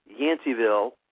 Yanceyville